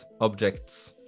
objects